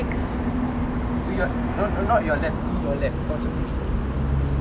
to your no no not your left to your left kau macam gini